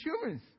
humans